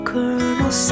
Colonel